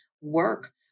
work